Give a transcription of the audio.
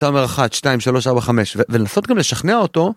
תמר אחת, שתיים, שלוש, ארבע, חמש, ולנסות גם לשכנע אותו,